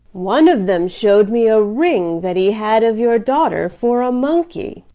one of them showed me a ring that he had of your daughter for a monkey.